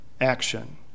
action